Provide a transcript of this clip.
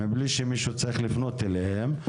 מבלי שמישהו צריך לפנות אליהם.